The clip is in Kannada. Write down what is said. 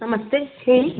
ನಮಸ್ತೆ ಹೇಳಿ